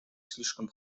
слишком